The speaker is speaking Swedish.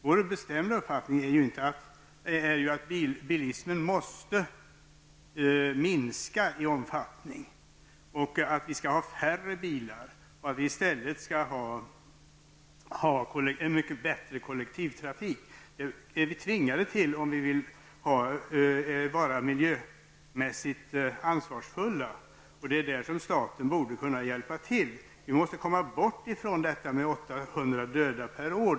Vår bestämda uppfattning är att bilismen måste minska i omfattning. Vi skall ha färre bilar och i stället en mycket bättre kollektivtrafik. Det kommer vi att tvingas till om vi skall vara miljömässigt ansvarsfulla. Där borde staten kunna hjälpa till. Man måste komma bort från antalet 800 döda per år.